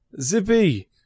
Zippy